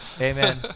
amen